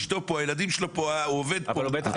אשתו כאן, הילדים שלו כאן, הוא עובד כאן,